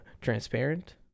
transparent